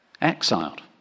exiled